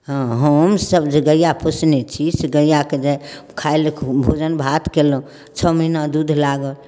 हँ हमसभ जे गैआ पोसने छी से गैआके जे खाय लेल भोजन भात कयलहुँ छओ महीना दूध लागल